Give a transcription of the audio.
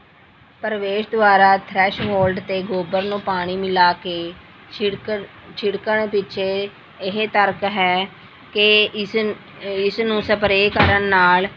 ਪ੍ਰਵੇਸ਼ ਦੁਆਰਾ ਥਰੈਸ਼ਹੋਲਡ ਤੇ ਗੋਬਰ ਨੂੰ ਪਾਣੀ ਮਿਲਾ ਕੇ ਛਿੜਕ ਛਿੜਕਣ ਪਿੱਛੇ ਇਹ ਤਰਕ ਹੈ ਕਿ ਇਸ ਇਸ ਨੂੰ ਸਪਰੇਅ ਕਰਨ ਨਾਲ